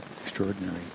extraordinary